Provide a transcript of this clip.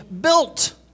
built